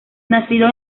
nacido